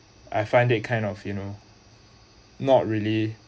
I find it kind of you know not really